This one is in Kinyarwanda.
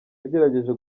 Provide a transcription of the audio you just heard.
yagerageje